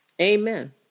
Amen